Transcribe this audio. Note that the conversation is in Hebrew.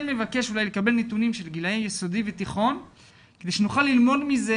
מבקש לקבל נתונים של גילאי יסודי ותיכון כדי שנוכל ללמוד מזה